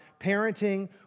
parenting